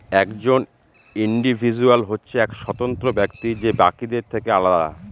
একজন ইন্ডিভিজুয়াল হচ্ছে এক স্বতন্ত্র ব্যক্তি যে বাকিদের থেকে আলাদা